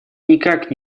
никак